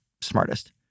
smartest